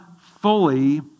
fully